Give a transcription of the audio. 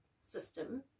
system